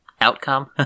outcome